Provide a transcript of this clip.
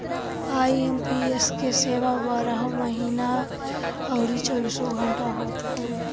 IMPS के सेवा बारहों महिना अउरी चौबीसों घंटा होत हवे